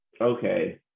Okay